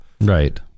Right